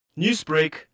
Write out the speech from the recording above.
Newsbreak